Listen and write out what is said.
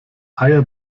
eier